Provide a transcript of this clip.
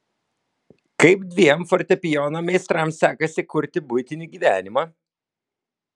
kaip dviem fortepijono meistrams sekasi kurti buitinį gyvenimą